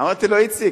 אמרתי לו: איציק,